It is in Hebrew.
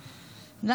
הבגרות, אתה ומפלגתך.